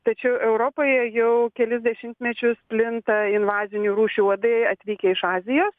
tačiau europoje jau kelis dešimtmečius plinta invazinių rūšių uodai atvykę iš azijos